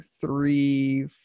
three